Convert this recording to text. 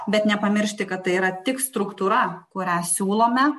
bet nepamiršti kad tai yra tik struktūra kurią siūlome